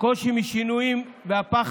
אף פעם